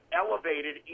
elevated